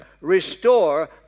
restore